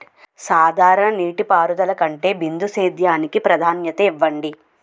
సాధారణ నీటిపారుదల కంటే బిందు సేద్యానికి ప్రాధాన్యత ఇవ్వండి